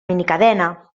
minicadena